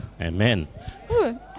amen